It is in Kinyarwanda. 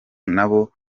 nabo